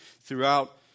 throughout